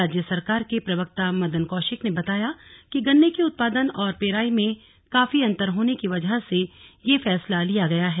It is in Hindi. राज्य सरकार के प्रवक्ता मदन कौशिक ने बताया कि गन्ने के उत्पादन और पेराई में काफी अंतर होने की वजह से ये फैसला लिया गया है